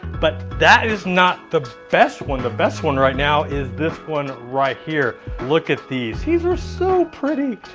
but that is not the best one. the best one right now is this one right here. look at these, these are so pretty.